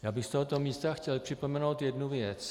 Já bych z tohoto místa chtěl připomenout jednu věc.